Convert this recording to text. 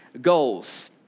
goals